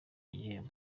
igihembo